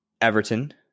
Everton